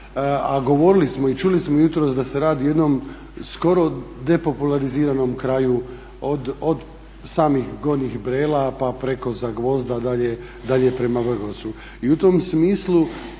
A govorili smo i čuli smo jutros da se radi o jednom skoro depopulariziranom kraju od samih Gornjih Brela pa preko Zagvozda dalje prema Vrgorcu.